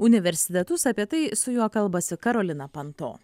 universitetus apie tai su juo kalbasi karolina panto